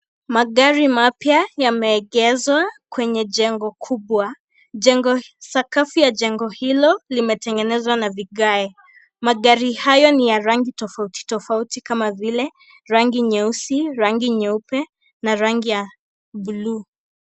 Magari mapya yameegezwa kwenye jengo kubwa. Sakafu ya jengo hilo limetengenezwa na vigae. Magari hayo ni ya rangi tofauti tofauti kama vile rangi nyeusi, rangi nyeupe na rangi ya bluu.